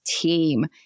team